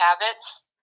habits